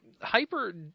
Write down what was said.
Hyper